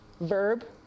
VERB